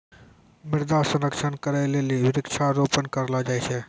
मृदा संरक्षण करै लेली वृक्षारोपण करलो जाय छै